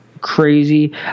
crazy